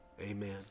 Amen